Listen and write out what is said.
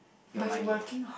your money